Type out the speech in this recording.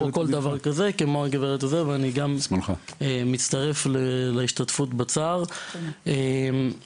אני משתתף בצערה של הגברת שסיפרה את סיפורה.